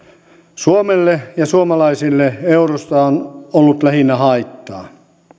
suomelle ja suomalaisille eurosta on ollut lähinnä haittaa